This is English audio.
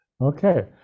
Okay